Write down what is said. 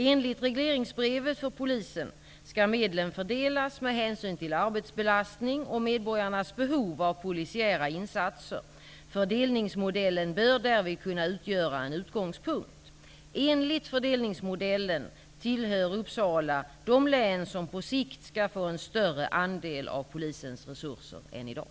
Enligt regleringsbrevet för polisen skall medlen fördelas med hänsyn till arbetsbelastning och medborgarnas behov av polisiära insatser. Fördelningsmodellen bör därvid kunna utgöra en utgångspunkt. Enligt fördelningsmodellen tillhör Uppsala de län som på sikt skall få en större andel av polisens resurser än i dag.